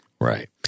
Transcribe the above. Right